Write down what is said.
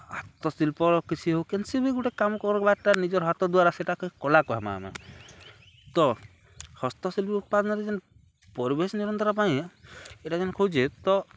ହାତଶିଳ୍ପର କିଛି ବି ହଉ କେନ୍ସି ବି ଗୁଟେ କାମ୍ କର୍ବାଟା ନିଜର୍ ହାତ୍ ଦ୍ଵାରା ସେଟାକେ କଲା କହେମା ଆମେ ତ ହସ୍ତଶିଳ୍ପୀ ଉତ୍ପାଦନରେ ଯେନ୍ ପରିବେଶ୍ ନିରନ୍ତର ପାଇଁ ଇଟା ଯେନ୍ କହୁଚେ ତ